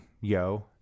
yo